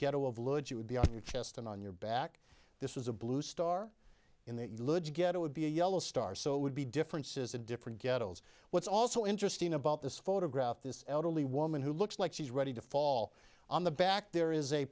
ghetto of load you would be on your chest and on your back this was a blue star in the ghetto would be a yellow star so it would be different says a different ghettoes what's also interesting about this photograph this elderly woman who looks like she's ready to fall on the back there is a